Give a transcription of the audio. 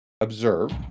observe